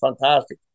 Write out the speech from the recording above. fantastic